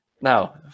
Now